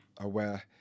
aware